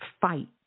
fight